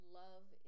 love